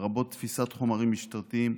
לרבות תפיסת חומרים משטרתיים,